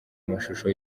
amashusho